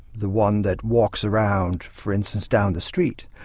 the one that walks around, for instance, down the street,